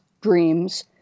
dreams